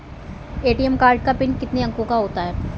ATM card का PIN कितने अंकों का होता है?